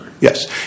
Yes